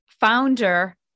founder